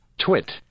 Twit